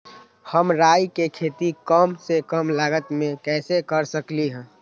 हम राई के खेती कम से कम लागत में कैसे कर सकली ह?